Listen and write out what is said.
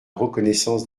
reconnaissance